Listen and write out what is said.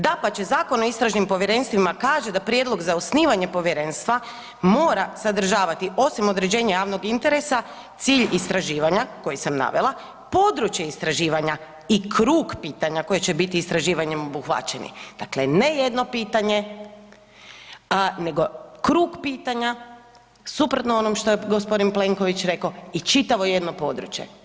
Dapače, Zakon o istražnim povjerenstvima kaže da prijedlog za osnivanje povjerenstva mora sadržavati osim određenja javnog interesa, cilj istraživanja koji sam navela, područje istraživanja i krug pitanja koje će biti istraživanjem obuhvaćeni, dakle ne jedno pitanje, a nego krug pitanja suprotno onom što je g. Plenković reko i čitavo jedno područje.